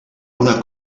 una